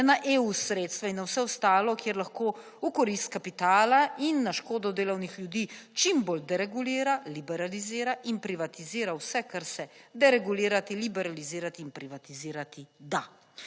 na EU sredstva in vse ostalo kjer lahko v korist kapitala in na škodo delovnih ljudi čim bolj deregulira, liberalizira in privatizira vse kar se deregulirati, liberalizirati in privatizirati da.